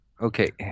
Okay